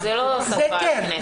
זו לא שפה לכנסת.